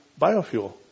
biofuel